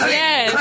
yes